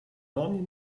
onion